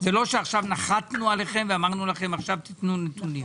זה לא שעכשיו נחתנו עליכם ואמרנו לכם עכשיו תתנו נתונים.